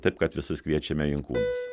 taip kad visus kviečiame į inkūnus